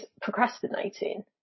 procrastinating